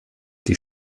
die